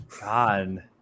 God